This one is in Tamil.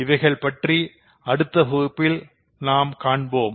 இவைகள் பற்றி அடுத்த பகுதியில் காண்போம்